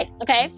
okay